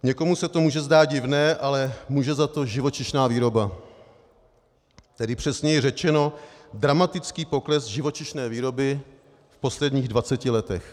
Někomu se to může zdát divné, ale může za to živočišná výroba, tedy přesněji řečeno dramatický pokles živočišné výroby v posledních dvaceti letech.